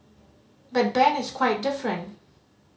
but Ben is quite different